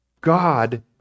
God